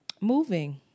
moving